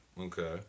Okay